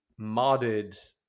modded